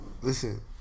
Listen